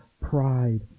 pride